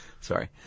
Sorry